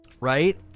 Right